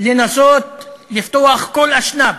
לנסות לפתוח כל אשנב,